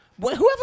Whoever